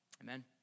Amen